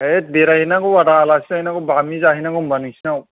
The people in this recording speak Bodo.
होइद बेरायहैनांगौ आदा आलासि जाहैनांगौ बामि जाहैनांगौ होम्बा नोंसिनाव